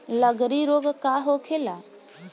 लगड़ी रोग का होखेला?